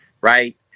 right